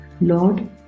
Lord